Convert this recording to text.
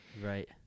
Right